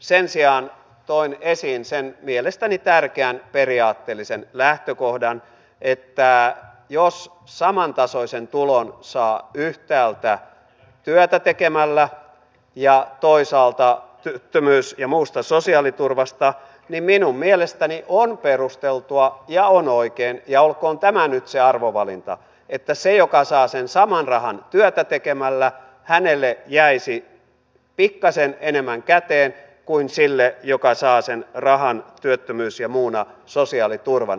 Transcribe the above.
sen sijaan toin esiin sen mielestäni tärkeän periaatteellisen lähtökohdan että jos samantasoisen tulon saa yhtäältä työtä tekemällä ja toisaalta työttömyys ja muusta sosiaaliturvasta niin minun mielestäni on perusteltua ja on oikein ja olkoon tämä nyt se arvovalinta että sille joka saa sen saman rahan työtä tekemällä jäisi pikkasen enemmän käteen kuin sille joka saa sen rahan työttömyys ja muuna sosiaaliturvana